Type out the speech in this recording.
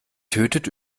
tötet